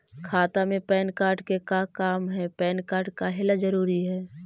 खाता में PAN card के का काम है पैन कार्ड काहे ला जरूरी है?